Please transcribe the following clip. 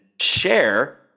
share